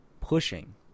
pushing